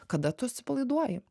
kada tu atsipalaiduoji